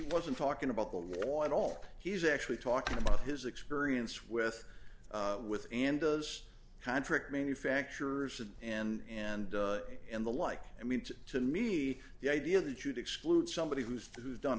wasn't talking about the law at all he's actually talking about his experience with with and those contract manufacturers and and and in the like i mean to me the idea that you'd exclude somebody who's who's done